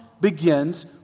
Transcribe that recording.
begins